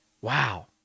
Wow